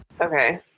Okay